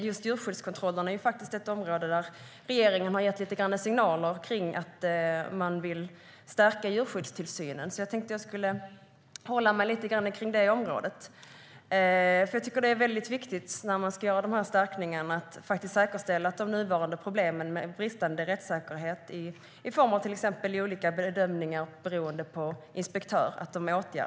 Just djurskyddskontrollen är ett område där regeringen har gett lite signaler om att man vill stärka djurskyddstillsynen. Jag tänkte därför hålla mig lite grann till detta område. När man ska göra de här förstärkningarna tycker jag att det är viktigt att säkerställa att man åtgärdar de nuvarande problemen med bristande rättssäkerhet i form av till exempel olika bedömningar beroende på inspektör.